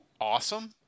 awesome